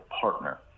partner